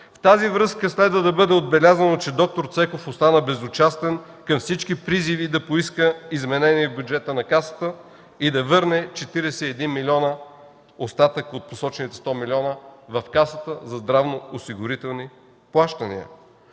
В тази връзка следва да бъде отбелязано, че д-р Цеков остана безучастен към всички призиви да поиска изменение в бюджета на Касата и да върне 41 милиона остатък от посочените 100 милиона в Касата за здравноосигурителни плащания.